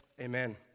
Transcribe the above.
Amen